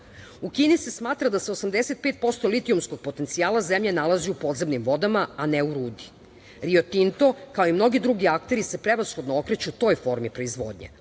U Kini se smatra da se 85 posto litijumskog potencijala zemlje nalazi u podzemnim vodama, a ne u rudi. Rio Tinto, kao i mnogi drugi akteri se prevashodno okreću toj formi proizvodnje,